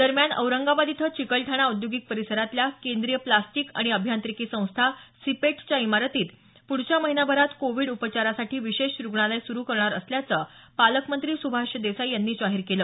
दरम्यान औरंगाबाद इथं चिकलठाणा औद्योगिक परिसरातल्या केंद्रीय फ्लास्टिक आणि अभियांत्रिकी संस्था सिपेट च्या इमारतीत पुढच्या महिन्याभरात कोविड उपचारासाठी विशेष रुग्णालय सुरु करणार असल्याचं पालकमंत्री सुभाष देसाई यांनी जाहीर केलं